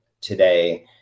today